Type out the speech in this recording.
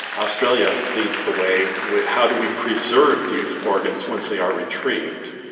australia leads the way with how do we preserve these organs once they are retrieved.